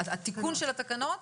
התיקון של התקנות,